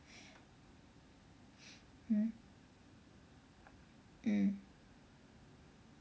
mm mm